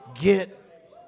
Get